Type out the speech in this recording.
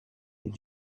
did